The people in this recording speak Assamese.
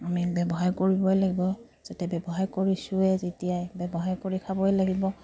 আমি ব্যৱসায় কৰিবই লাগিব যাতে ব্যৱসায় কৰিছোৱে যেতিয়াই ব্যৱসায় কৰি খাবই লাগিব